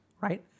right